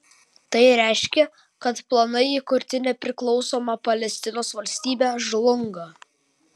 tai reiškia kad planai įkurti nepriklausomą palestinos valstybę žlunga